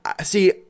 See